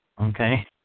Okay